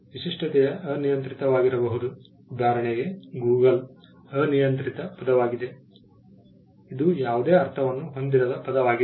ವಿಶಿಷ್ಟತೆಯು ಅನಿಯಂತ್ರಿತವಾಗಿರಬಹುದು ಉದಾಹರಣೆಗೆ ಗೂಗಲ್ ಅನಿಯಂತ್ರಿತ ಪದವಾಗಿದೆ ಇದು ಯಾವುದೇ ಅರ್ಥವನ್ನು ಹೊಂದಿರದ ಪದವಾಗಿದೆ